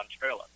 trailer